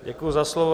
Děkuji za slovo.